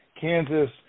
Kansas